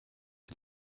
die